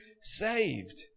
saved